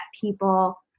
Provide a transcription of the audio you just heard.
people